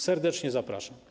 Serdecznie zapraszam.